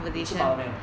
你吃饱了没有